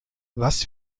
was